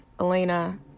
Elena